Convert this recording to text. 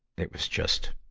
it was just,